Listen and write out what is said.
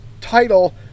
title